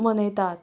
मनयतात